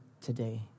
today